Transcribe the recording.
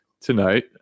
tonight